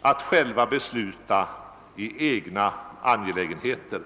att själva besluta i egna angelägenheter.